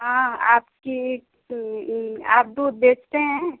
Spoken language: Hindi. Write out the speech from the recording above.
हाँ आपकी आप दूध बेचते हैं